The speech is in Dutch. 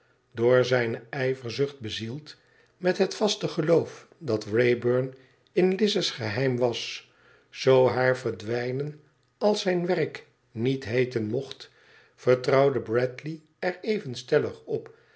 door zijne ijverzucht bezield met het vaste geloof dat wrayburn in lize's geheim was zoo haar verdwijnen al zijn werk niet heeten mocht vertrouwde bradley er even stellig op